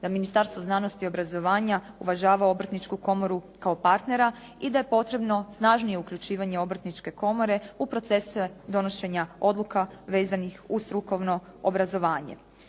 da Ministarstvo znanosti i obrazovanja uvažava Obrtničku komoru kao partnera i da je potrebno snažnije uključivanje Obrtničke komore u procese donošenja odluka vezanih uz strukovno obrazovanje.